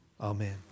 Amen